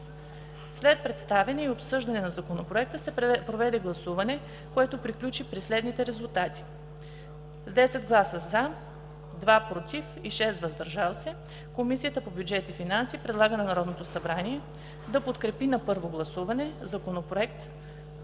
След представяне и обсъждане на Законопроекта се проведе гласуване, което приключи при следните резултати: с 10 гласа „за“, 2 гласа „против“ и 6 „въздържали се“, Комисията по бюджет и финанси предлага на Народното събрание да подкрепи на първо гласуване Законопроект